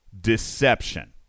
deception